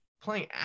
playing